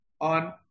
on